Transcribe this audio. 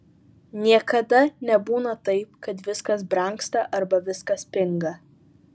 niekada nebūna taip kad viskas brangsta arba viskas pinga